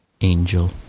Angel